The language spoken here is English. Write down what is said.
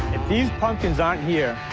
if these pumpkins aren't here,